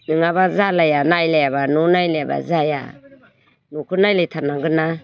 नङाबा जालाया नायलायाबा न' नायलायाबा जाया न'खौ नायलाय थारनांगोन ना